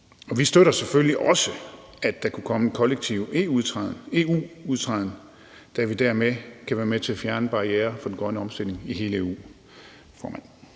vi støtter selvfølgelig også, at der kunne komme en kollektiv EU-udtræden, da vi dermed kan være med til at fjerne barrierer for den grønne omstilling i hele EU.